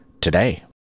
Today